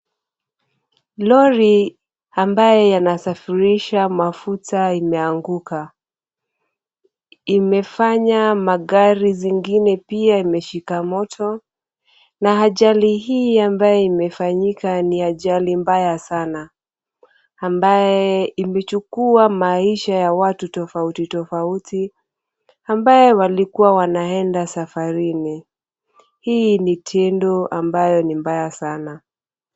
Lori ambaye yanasafirisha mafuta imeanguka. Imefanya magari zingine pia imeshika moto na ajali hii ambayo imefanyika ni ajali mbaya sana, ambayo imechukua maisha ya watu tofauti tofauti, ambao walikuwa wanaenda safarini. Hii ni tendo ambayo ni mbaya sana.